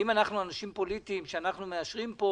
האם אנחנו אנשים פוליטיים כשאנחנו מאשרים פה